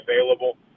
available